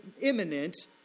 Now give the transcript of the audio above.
imminent